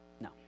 No